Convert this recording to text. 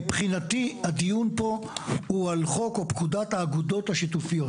מבחינתי הדיון פה הוא על חוק או פקודת האגודות השיתופיות.